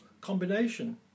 combination